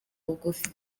bugufi